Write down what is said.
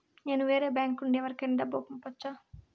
నేను వేరే బ్యాంకు నుండి ఎవరికైనా డబ్బు పంపొచ్చా?